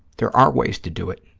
there are ways to do it.